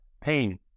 pain